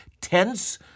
tense